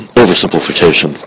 oversimplification